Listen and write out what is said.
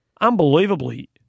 Unbelievably